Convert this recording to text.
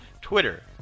Twitter